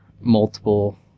multiple